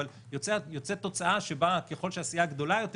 אבל יוצאת תוצאה שבה ככל שהסיעה גדולה יותר,